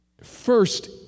First